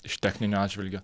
iš techninio atžvilgio